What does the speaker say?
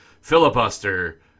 filibuster